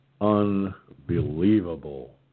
Unbelievable